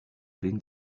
being